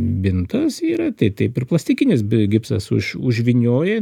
bintas yra tai taip ir plastikinis bi gipsas už užvynioji